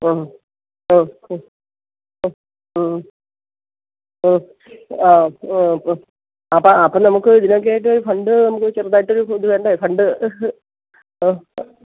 മ്മ് മ്മ് മ്മ് മ്മ് മ്മ് മ്മ് ആ അപ്പോള് അപ്പോള് നമുക്ക് ഇതിനൊക്കെയായിട്ട് ഫണ്ട് നമുക്ക് ചെറുതായിട്ടൊരു ഇത് വേണ്ടേ ഫണ്ട് ആ